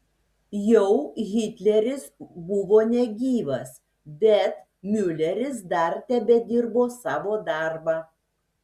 jau hitleris buvo negyvas bet miuleris dar tebedirbo savo darbą